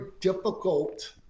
difficult